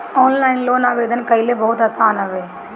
online loan आवेदन कईल बहुते आसान हवे